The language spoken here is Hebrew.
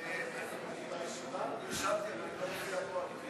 אני נרשמתי, אבל אני לא מופיע פה.